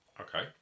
Okay